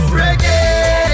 reggae